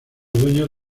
dueños